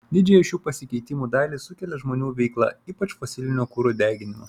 didžiąją šių pasikeitimų dalį sukelia žmonių veikla ypač fosilinio kuro deginimas